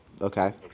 okay